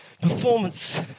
Performance